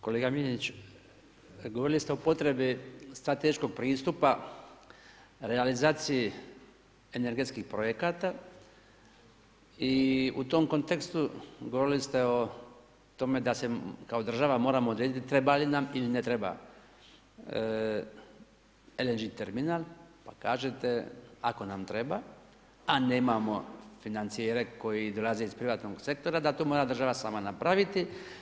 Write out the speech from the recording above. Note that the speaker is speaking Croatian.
Kolega Miljenić, govorili ste o potrebi strateškog pristupa, realizaciji energetskih projekata i u tom kontekstu, govorili ste o tome da se kao država moramo odrediti, treba li nam ili ne treba LNG terminal, pa kažete ako nam treba, a nemamo financijere koji dolaze iz privatnog sektora, da to mora država sama napraviti.